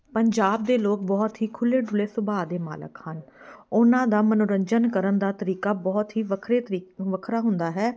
ਪੰਜਾਬ ਦੇ ਲੋਕ ਬਹੁਤ ਹੀ ਖੁੱਲ੍ਹੇ ਡੁੱਲ੍ਹੇ ਸੁਭਾਅ ਦੇ ਮਾਲਕ ਹਨ ਉਹਨਾਂ ਦਾ ਮਨੋਰੰਜਨ ਕਰਨ ਦਾ ਤਰੀਕਾ ਬਹੁਤ ਹੀ ਵੱਖਰੇ ਤਰੀਕੇ ਵੱਖਰਾ ਹੁੰਦਾ ਹੈ